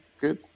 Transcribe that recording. Good